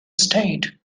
state